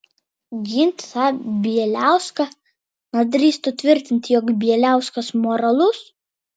ginti tą bieliauską na drįstų tvirtinti jog bieliauskas moralus